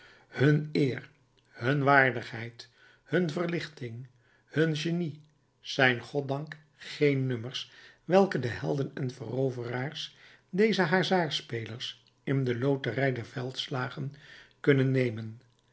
hun eer hun waardigheid hun verlichting hun genie zijn goddank geen nummers welke de helden en veroveraars deze hazardspelers in de loterij der veldslagen kunnen nemen